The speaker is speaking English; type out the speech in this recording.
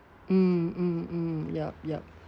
mm mm mm yup yup